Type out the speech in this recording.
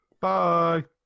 Bye